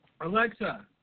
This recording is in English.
Alexa